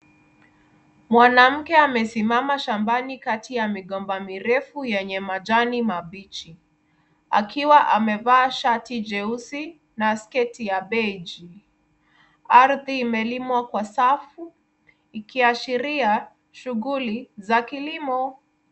Mwanamke amesimama shambani kati ya migomba mirefu yenye majani mabichi akiwa amevaa shati jeusi na sketi ya beji . Ardhi imelimwa kwa safu ikiashiria shughuli za kilimo.